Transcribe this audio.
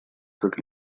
как